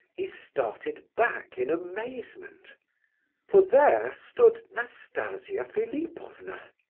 he started back in amazement for there stood nastasia philipovna.